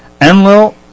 Enlil